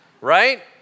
right